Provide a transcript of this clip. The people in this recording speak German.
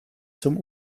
zum